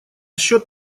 счет